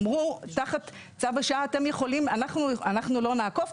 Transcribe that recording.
אמרו תחת צו השעה שאנחנו לא נאכוף,